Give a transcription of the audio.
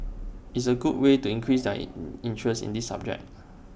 it's A good way to increase their interest in this subject